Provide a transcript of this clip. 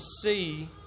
see